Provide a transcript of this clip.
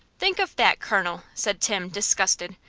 think of that, colonel! said tim, disgusted.